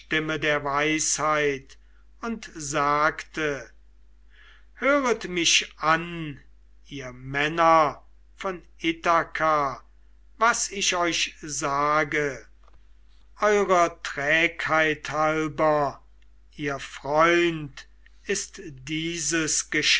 stimme der weisheit und sagte höret mich an ihr männer von ithaka was ich euch sage eurer trägheit halber ihr freund ist dieses